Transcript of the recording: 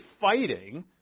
fighting